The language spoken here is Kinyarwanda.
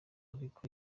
ariko